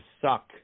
suck